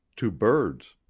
to birds.